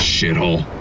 shithole